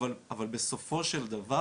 אבל בסופו של דבר